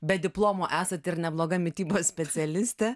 be diplomo esate ir nebloga mitybos specialistė